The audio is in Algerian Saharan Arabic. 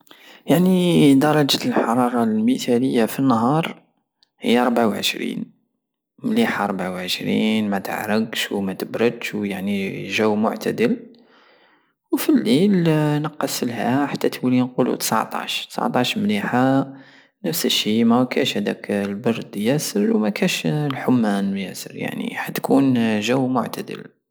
يعني درجة الحرارة المتالية في النهار هي أربعة وعشرين مليحة ربعة وعشرين متعرقش ومتبردش ويعني جو معتدل ٠بريييد٠ وفاليل نقسلها حتى تولي نقولو تسعتاش تسعطاش مليحة نفس الشي مكاش هداك البرد ياسر ومكاش الحمان ياسر يعني راح تكون جو معتدل